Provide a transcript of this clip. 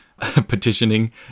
petitioning